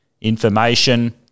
information